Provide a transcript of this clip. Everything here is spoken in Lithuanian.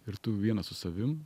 ir tu vienas su savim